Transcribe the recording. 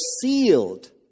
sealed